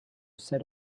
set